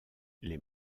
les